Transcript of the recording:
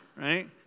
right